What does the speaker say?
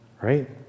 right